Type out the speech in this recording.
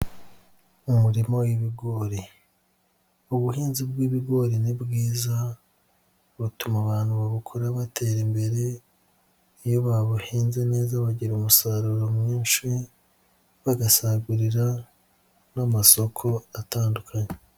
Umuma w'ibigori, ubuhinzi bw'ibigori ni bwizaza, butuma abantu babukora batera imbere, iyo babuhinze neza, bagira umusaruro mwinshi bagasagurira n'amasoko atandukanye.